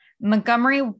Montgomery